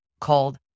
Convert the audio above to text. called